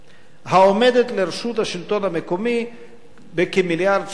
העומדת לרשות השלטון המקומי בכמיליארד שקל נוספים.